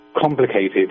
complicated